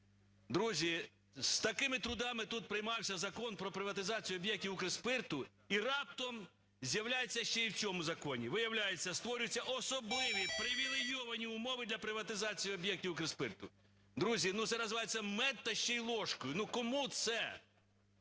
Друзі, з такими трудами тут приймався Закон про приватизацію об'єктів Укрспирту і раптом з'являється ще і в цьому законі. Виявляється, створюються особливі, привілейовані умови для приватизації об'єктів Укрспирту. Друзі, ну, це називається мед та ще й ложкою. Ну, кому це?